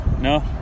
No